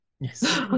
Yes